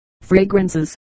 fragrances